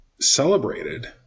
celebrated